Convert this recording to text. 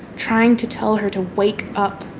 trying to tell her to wake up.